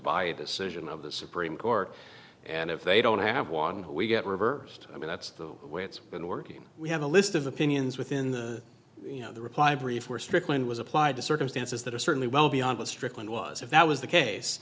by a decision of the supreme court and if they don't have one we get reversed i mean that's the way it's been working we have a list of opinions within the reply brief we're stricklin was applied to circumstances that are certainly well beyond what strickland was if that was the case